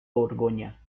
borgoña